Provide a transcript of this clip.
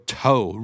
toe